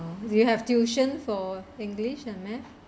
you have tuition for english and math